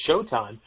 showtime